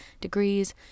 degrees